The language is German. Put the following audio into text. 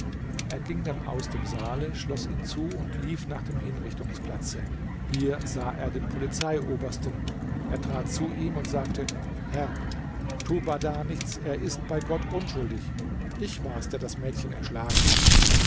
er ging dann aus dem saale schloß ihn zu und lief nach dem hinrichtungsplatze hier sah er den polizeiobersten er trat zu ihm und sagte herr tu bahdar nichts er ist bei gott unschuldig ich war's der das mädchen erschlagen hat